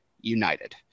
united